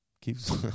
Keeps